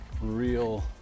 real